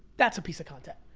that's a piece of content.